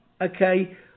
okay